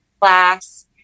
class